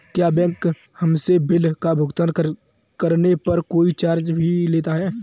क्या बैंक हमसे बिल का भुगतान करने पर कोई चार्ज भी लेता है?